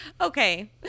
Okay